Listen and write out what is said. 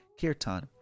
Kirtan